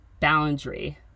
boundary